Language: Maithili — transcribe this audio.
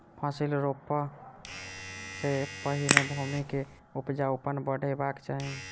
फसिल रोपअ सॅ पहिने भूमि के उपजाऊपन बढ़ेबाक चाही